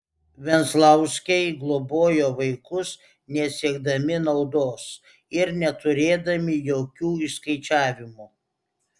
venclauskiai globojo vaikus nesiekdami naudos ir neturėdami jokių išskaičiavimų